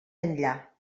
enllà